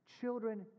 Children